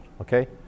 okay